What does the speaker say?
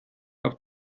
auf